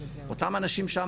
אותם אנשים שמה,